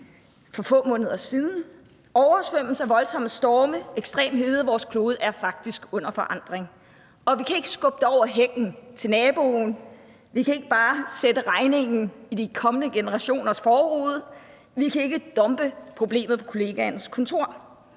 for få måneder siden, oversvømmelser, voldsomme storme og ekstrem hede. Vores klode er faktisk under forandring, og vi kan ikke skubbe det over hækken til naboen, vi kan ikke bare sætte regningen i de kommende generationers forrude, vi kan ikke dumpe problemet på kollegaens kontor.